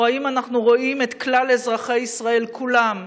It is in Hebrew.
או שאנחנו רואים את כלל אזרחי ישראל, כולם,